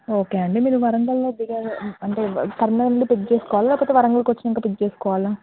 okay అండి మీరు వరంగల్లో దిగారా అంటే కర్నూలులో పిక్ చేసుకోవాలా లేకపోతే వారంగల్కి వచ్చాక పిక్ చేసుకోవాలా